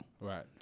Right